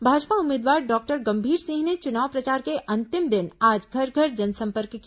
भाजपा उम्मीदवार डॉक्टर गंभीर सिंह ने चुनाव प्रचार के अंतिम दिन आज घर घर जनसंपर्क किया